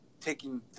taking